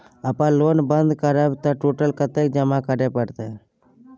अपन लोन बंद करब त टोटल कत्ते जमा करे परत?